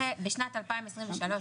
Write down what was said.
בשנת 2023,